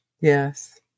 Yes